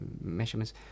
measurements